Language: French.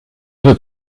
veux